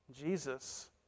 Jesus